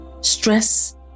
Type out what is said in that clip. Stress